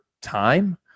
time